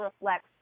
reflects